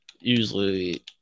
usually